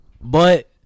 But-